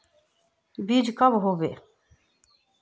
बीज कब होबे?